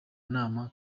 nama